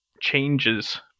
changes